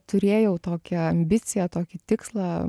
turėjau tokią ambiciją tokį tikslą